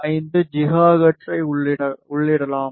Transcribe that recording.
75 ஜிகாஹெர்ட்ஸை உள்ளிடலாம்